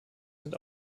sind